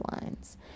lines